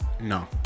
No